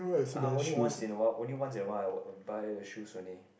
(uh huh) only once in a while only once in a while I will buy a shoes only